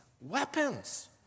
weapons